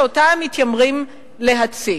שאותה הם מתיימרים לייצג.